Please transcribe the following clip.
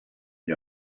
gli